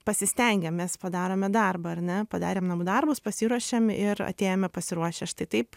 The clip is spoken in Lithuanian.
pasistengę mes padarome darbą ar ne padarėm namų darbus pasiruošėm ir atėjome pasiruošę štai taip